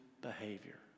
behavior